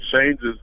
changes